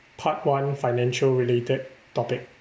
part one financial related topic